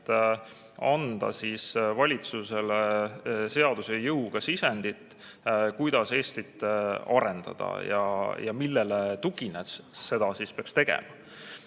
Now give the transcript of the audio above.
anda valitsusele seaduse jõuga sisendit, kuidas Eestit arendada ja millele tuginedes seda peaks tegema?